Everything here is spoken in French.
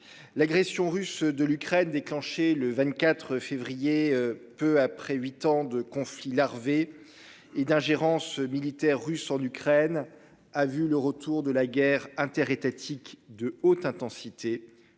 L'agression russe de l'Ukraine déclenchée le 24 février peu après 8 ans de conflit larvé. Et d'ingérence militaire russe en Ukraine a vu le retour de la guerre inter-. De haute intensité